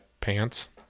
pants